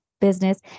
business